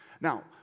Now